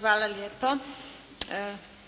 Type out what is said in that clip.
Hvala lijepo.